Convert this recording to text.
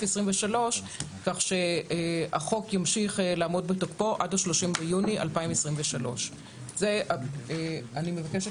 23 כך שהחוק ימשיך לעמוד בתוקפו עד 30 ביוני 2023. אני מבקשת